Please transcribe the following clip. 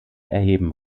erheben